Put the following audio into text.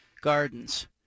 gardens